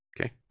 Okay